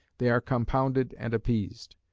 they are compounded and appeased.